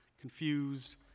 confused